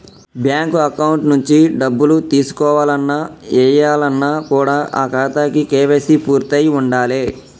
bank account నుంచి డబ్బులు తీసుకోవాలన్న, ఏయాలన్న కూడా ఆ ఖాతాకి కేవైసీ పూర్తయ్యి ఉండాలే